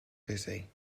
dizzy